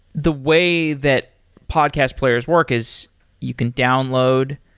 the way that podcast players work is you can download,